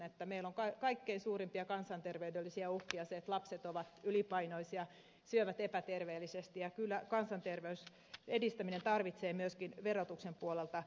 meillä on kaikkein suurimpia kansanterveydellisiä uhkia se että lapset ovat ylipainoisia syövät epäterveellisesti ja kyllä kansanterveyden edistäminen tarvitsee myöskin verotuksen puolelta apua